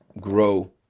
grow